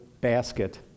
basket